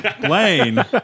Blaine